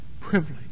privilege